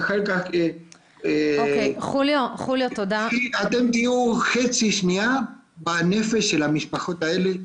ואחר כך אתם תהיו חצי שנייה בנפש של המשפחות האלה.